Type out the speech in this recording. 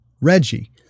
Reggie